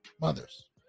mothers